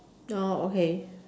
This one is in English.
oh okay